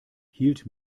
hielt